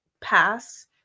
pass